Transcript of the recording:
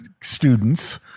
students